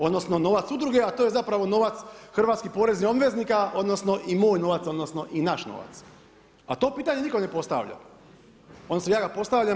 Odnosno novac udruge, a to je zapravo novac hrvatskih poreznih obveznika, odnosno i moj novac, odnosno i naš novac, a to pitanje nitko ne postavlja, odnosno ja ga postavljam.